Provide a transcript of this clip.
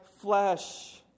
flesh